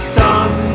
done